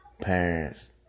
parents